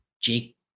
Jake